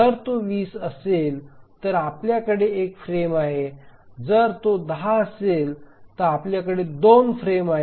जर तो 20 असेल तर आपल्याकडे एक फ्रेम आहे आणि जर ती 10 असेल तर आमच्याकडे 2 फ्रेम आहेत